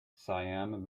siam